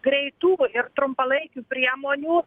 greitų ir trumpalaikių priemonių